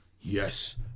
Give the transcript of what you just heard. yes